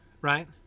right